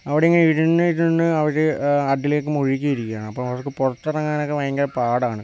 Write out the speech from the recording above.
അവടെയിങ്ങനെ ഇരുന്നിരുന്ന് അവര് അതിലേക്ക് മുഴുകിയിരിക്കുവാണ് അപ്പം അവർക്ക് പുറത്തിറങ്ങാനൊക്കെ ഭയങ്കര പാടാണ്